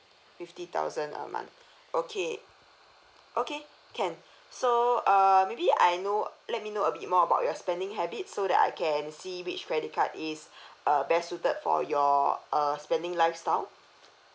fifty thousand a month okay okay can so err maybe I know let me know a bit more about your spending habits so that I can see which credit card is uh best suited for your err spending lifestyle